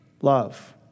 love